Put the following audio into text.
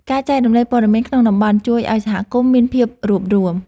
ការចែករំលែកព័ត៌មានក្នុងតំបន់ជួយឲ្យសហគមន៍មានភាពរួបរួម។